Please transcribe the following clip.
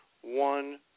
One